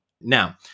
Now